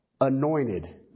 Anointed